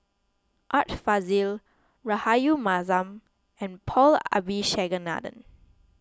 Art Fazil Rahayu Mahzam and Paul Abisheganaden